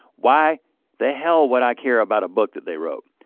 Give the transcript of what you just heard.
why the hell would i care about a book that they wrote,